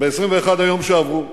ב-21 היום שעברו.